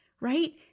right